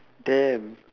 damn